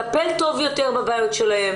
תהליך טיפולי.